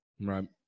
Right